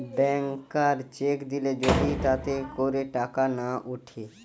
ব্যাংকার cheque দিলে যদি তাতে করে টাকা না উঠে